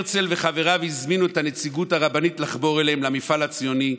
הרצל וחבריו הזמינו את הנציגות הרבנית לחבור אליהם למפעל הציוני,